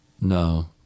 No